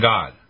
God